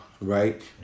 Right